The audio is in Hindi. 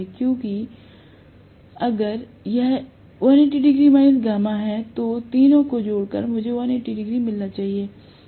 क्योंकि अगर यह 180 γ है तो तीनों को जोड़कर मुझे 180 डिग्री मिलना चाहिए